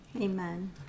Amen